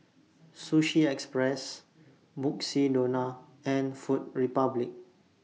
Sushi Express Mukshidonna and Food Republic